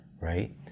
right